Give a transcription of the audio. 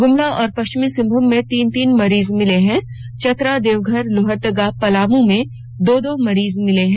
गुमला और पश्चिम सिंहभूम में तीन तीन मरीज मिले हैं चतरा देवघर लोहरदगा पलामू में दो दो मरीज मिले हैं